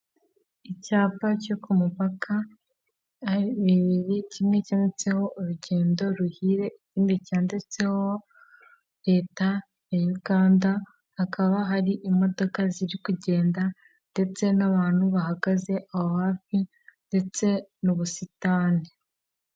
Icyapa cyo ku mupaka, bibiri kimwe cyanditseho urugendo ruhirez ikindi cyanditseho leta ya uganda hakaba hari imodoka ziri kugenda ndetse n'abantu bahagaze aho hafi, ndetse n'ubusitani.